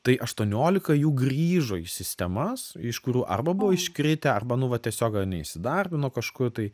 tai aštuoniolika jų grįžo į sistemas iš kurių arba buvo iškritę arba nu va tiesiog neįsidarbino kažkur tai